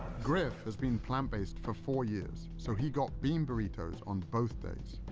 griff has been plant based for four years, so he got bean burritos on both days.